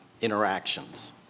interactions